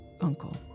uncle